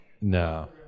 no